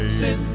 sin